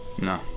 No